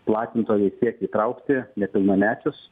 platintojai siekia įtraukti nepilnamečius